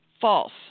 false